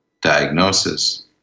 diagnosis